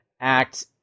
act